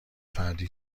فردی